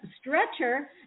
stretcher